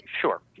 sure